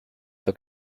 look